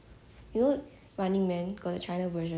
the 奔跑吧兄弟 I like that [one] quite nice